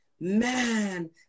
man